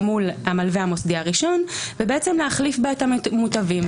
מול המלווה המוסדי הראשון ולהחליף בה את המוטבים.